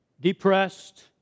depressed